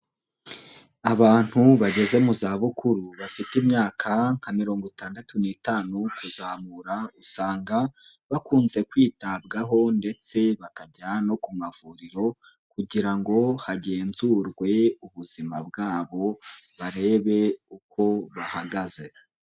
Abantu bageze mu za bukuru bafite imyaka nka mirongo itandatu n'itanu kuzamura usanga bakunze kwitabwaho ndetse bakajya no ku mavuriro kugira ngo hagenzurwe ubuzima bwabo barebe uko bahagaze.